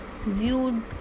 viewed